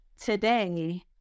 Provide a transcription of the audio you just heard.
Today